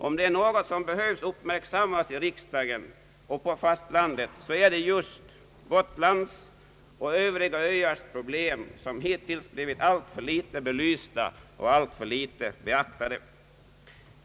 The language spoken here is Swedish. Om det är något som behöver uppmärksammas i riksdagen och på fastlandet så är det just Gotlands och övriga öars problem, som hittills blivit alltför litet belysta och beaktade.